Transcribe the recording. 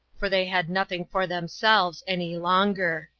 for they had nothing for themselves any longer.